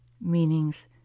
meanings